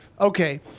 Okay